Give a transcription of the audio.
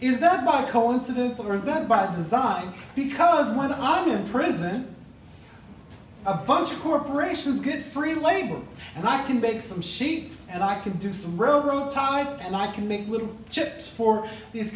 is that by coincidence or is that by design because when i'm in prison a bunch of corporations get free labor and i can bake some sheets and i can do some railroad ties and i can make little chips for these